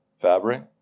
Fabric